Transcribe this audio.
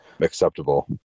acceptable